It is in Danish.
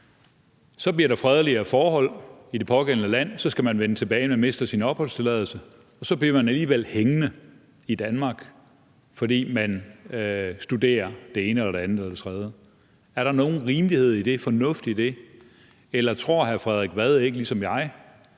så bliver der fredeligere forhold i det pågældende land, så skal man vende tilbage, man mister sin opholdstilladelse, og så bliver man alligevel hængende i Danmark, fordi man studerer det ene eller det andet eller det tredje. Er der nogen rimelighed i det, fornuft i det? Eller tror hr. Frederik Vad ikke ligesom jeg,